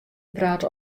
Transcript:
prate